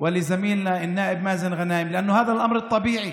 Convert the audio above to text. ולחבר הכנסת מאזן גנאים, כי זה המצב הטבעי,